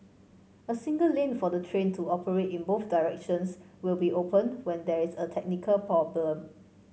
a single lane for the train to operate in both directions will be open when there is a technical problem